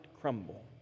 crumble